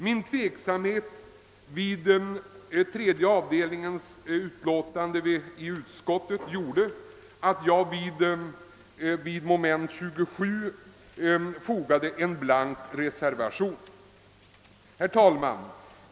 Min tveksamhet vid tredje avdelningens utlåtande vid utskottsbehandling av detta ärende gjorde också att jag vid moment 27 fogade en blank reservation. Herr talman!